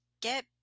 get